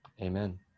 Amen